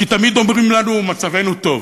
כי תמיד אומרים לנו: מצבנו טוב.